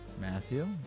Matthew